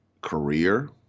career